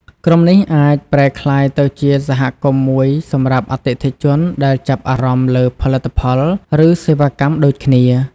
ក្រុមនេះអាចប្រែក្លាយទៅជាសហគមន៍មួយសម្រាប់អតិថិជនដែលចាប់អារម្មណ៍លើផលិតផល ឬសេវាកម្មដូចគ្នា